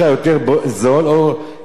או אפשר לפעמים ההיפך,